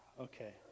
Okay